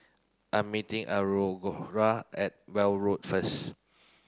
I am meeting at Weld Road first